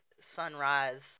sunrise